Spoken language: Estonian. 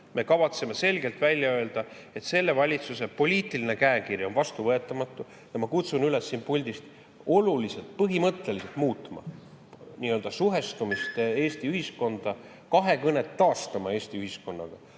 Me kavatseme selgelt välja öelda, et selle valitsuse poliitiline käekiri on vastuvõetamatu. Ma kutsun siit puldist üles oluliselt, põhimõtteliselt muutma suhestumist Eesti ühiskonda ja taastama kahekõnet Eesti ühiskonnaga.